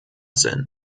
sind